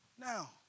now